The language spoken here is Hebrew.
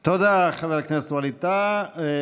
תודה, חבר הכנסת ווליד טאהא.